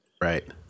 Right